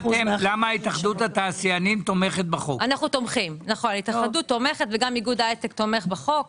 ההתאחדות תומכת וגם איגוד ההייטק תומך בחוק.